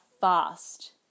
fast